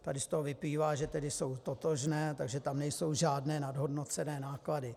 Tady z toho vyplývá, že jsou totožné, takže tam nejsou žádné nadhodnocené náklady.